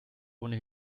ohne